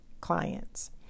clients